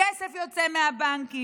הכסף יוצא מהבנקים,